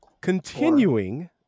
continuing